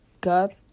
God